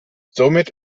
somit